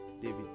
David